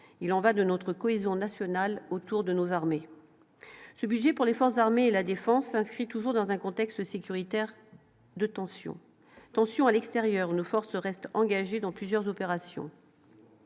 il en va de notre cohésion nationale autour de nos armées, ce budget pour les forces armées et la défense s'inscrit toujours dans un contexte sécuritaire de tension, attention à l'extérieur nous forces reste engagée dans plusieurs opérations.